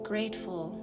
grateful